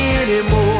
anymore